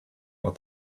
but